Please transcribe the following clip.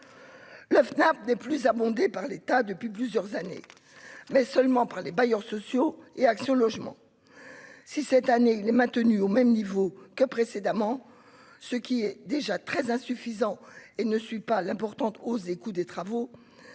la Fnac n'est plus, abondé par l'État depuis plusieurs années, mais seulement par les bailleurs sociaux et Action logement si cette année il est maintenu au même niveau que précédemment, ce qui est déjà très insuffisant et ne suit pas l'importante hausse des coûts des travaux,